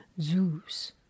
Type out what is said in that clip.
Zeus